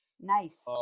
Nice